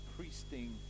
priesting